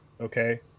okay